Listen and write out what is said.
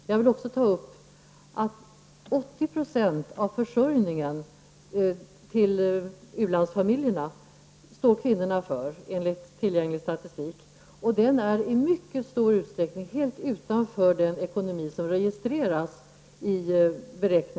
Enligt tillgänglig statistik står kvinnorna för 80 20 av försörjningen till ulandsfamiljerna. Detta arbete ligger i stor utsträckning utanför den ekonomi som registreras i statistiken.